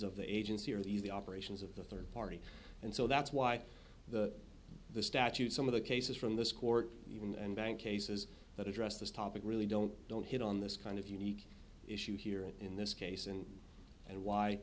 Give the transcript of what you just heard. of the agency or the the operations of the third party and so that's why the the statutes some of the cases from this court even and bank cases that address this topic really don't don't hit on this kind of unique issue here in this case and and why